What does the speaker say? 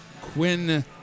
Quinn